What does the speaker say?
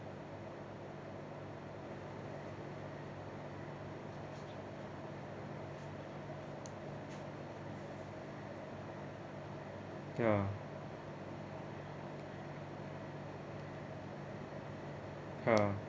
ya ya